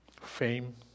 fame